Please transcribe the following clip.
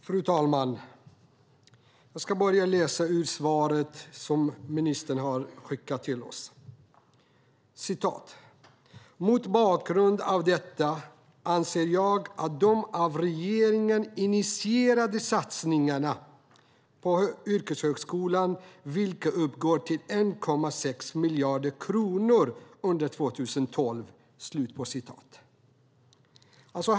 Fru talman! Jag ska börja med att läsa ur svaret som ministern har skickat till oss: "Mot bakgrund av detta anser jag att de av regeringen initierade satsningarna på yrkeshögskolan, vilka uppgår till drygt 1,6 miljarder kronor under 2012."